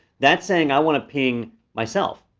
that's saying i wanna ping myself.